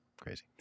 crazy